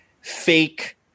fake